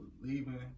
leaving